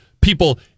people